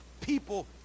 people